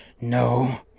no